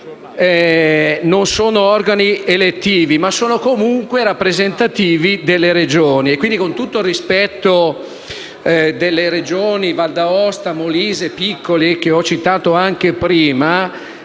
non sono organi elettivi, ma sono comunque rappresentativi delle Regioni.